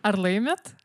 ar laimit